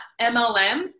MLM